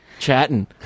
chatting